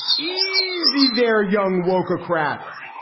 easy. they're young wokv crats,